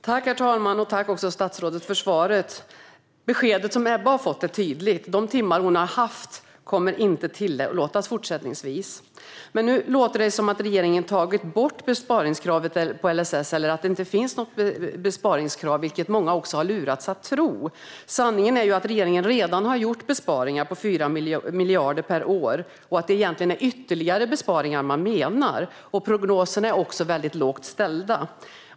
Herr talman! Tack, statsrådet, för svaret! Beskedet som Ebba har fått är tydligt. De timmar som hon har haft kommer inte att tillåtas fortsättningsvis. Nu låter det som att regeringen har tagit bort besparingskravet i LSS, att det inte finns något besparingskrav, vilket många också har lurats att tro. Sanningen är att regeringen redan har gjort besparingar med 4 miljarder per år och att det egentligen är ytterligare besparingar man menar. Prognosen är också väldigt lågt ställd.